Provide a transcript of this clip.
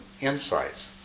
insights